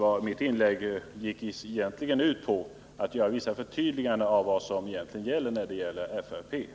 Mitt inlägg gick ut på att göra vissa förtydliganden av vad som egentligen gäller inom området fysisk riksplanering.